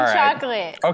chocolate